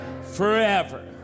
forever